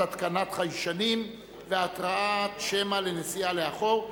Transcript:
התקנת חיישנים והתרעת שמע לנסיעה לאחור),